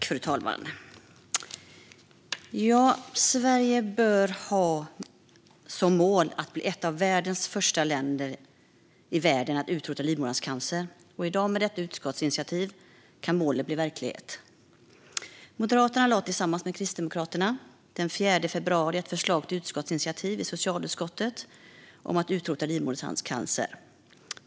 Fru talman! Sverige bör ha som mål att bli ett av världens första länder att utrota livmoderhalscancer. Med detta utskottsinitiativ kan det målet bli verklighet. Moderaterna lade tillsammans med Kristdemokraterna den 4 februari ett förslag till utskottsinitiativ i socialutskottet om att utrota livmoderhalscancer.